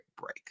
break